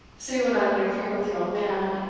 so you will not interfere with the old man,